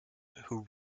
who